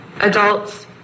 adults